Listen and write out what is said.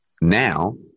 Now